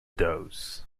dose